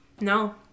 no